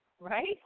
right